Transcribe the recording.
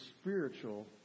spiritual